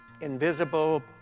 invisible